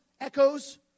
echoes